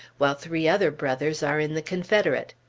while three other brothers are in the confederate.